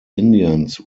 indians